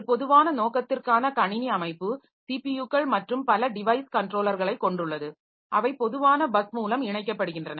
ஒரு பொதுவான நோக்கத்திற்கான கணினி அமைப்பு ஸிபியுகள் மற்றும் பல டிவைஸ் கன்ட்ரோலர்களை கொண்டுள்ளது அவை பொதுவான பஸ் மூலம் இணைக்கப்படுகின்றன